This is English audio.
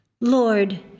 Lord